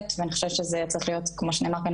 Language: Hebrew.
ואני חושבת שזה צריך להיות כמו שנאמר כאן,